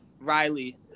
Riley